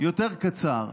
יותר קצר,